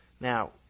Now